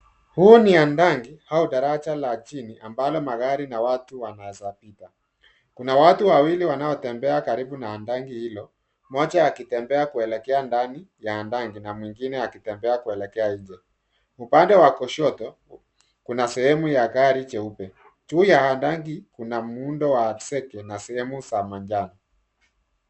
Huu ni handang au daraja la chini ambalo magari na watu wanaezapita. Kuna watu wawili wanaotembea karibu na handangi hilo, mmoja akitembea kuelekea ndani ya handangi na mwingine akitembea kuelekea nje. Upande wa kushoto kuna sehemu ya gari jeupe. Juu ya handangi kuna muundo wa zege na sehemu za manjano.